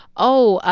oh, ah